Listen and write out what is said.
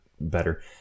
better